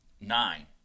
Nine